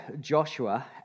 Joshua